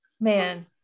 man